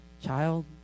child